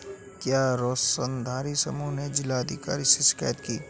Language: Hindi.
क्या शेयरधारी समूह ने जिला अधिकारी से शिकायत की?